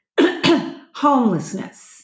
homelessness